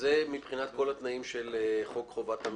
וזה מבחינת כל התנאים של חוק חובת המכרזים.